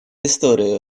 историю